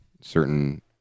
certain